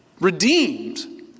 redeemed